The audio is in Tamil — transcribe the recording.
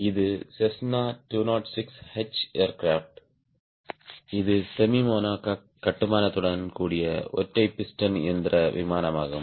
இது செஸ்னா 206 எச் ஏர்கிராப்ட் இது செமிமோனோகோக் கட்டுமானத்துடன் கூடிய ஒற்றை பிஸ்டன் இயந்திர விமானமாகும்